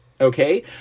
Okay